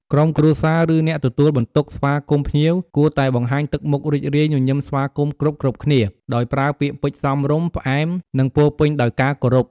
ក្រុមគ្រួសារ ឬអ្នកទទួលបន្ទុកស្វាគមន៍ភ្ញៀវ គួរតែបង្ហាញទឹកមុខរីករាយ ញញឹមស្វាគមន៍គ្រប់ៗគ្នា ដោយប្រើពាក្យពេចន៍សមរម្យ ផ្អែម និងពោរពេញដោយការគោរព។